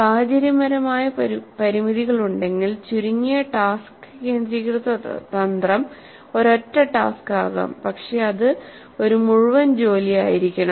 സാഹചര്യപരമായ പരിമിതികളുണ്ടെങ്കിൽ ചുരുങ്ങിയ ടാസ്ക് കേന്ദ്രീകൃത തന്ത്രം ഒരൊറ്റ ടാസ്ക് ആകാം പക്ഷേ അത് ഒരു മുഴുവൻ ജോലിയായിരിക്കണം